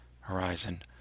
Horizon